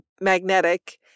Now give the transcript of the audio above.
magnetic